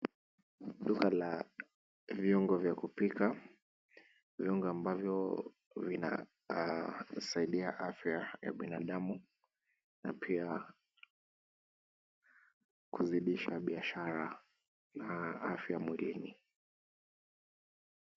Duka la viungo vya kupika, viungo ambavyo vinasaidia afya ya binadamu na pia kuzidisha biashara na afya mwilini.